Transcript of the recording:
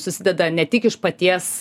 susideda ne tik iš paties